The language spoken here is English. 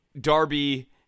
Darby